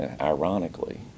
ironically